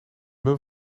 mum